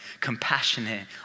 compassionate